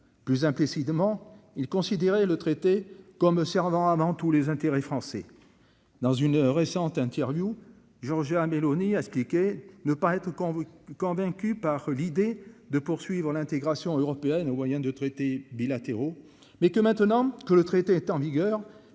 plus implicitement il considérait le traité comme. Cependant avant tout les intérêts français. Dans une récente interview. Georgia Meloni, ne pas être con, convaincu par l'idée de poursuivre l'intégration. Au moyen de traités bilatéraux mais que maintenant que le traité est en vigueur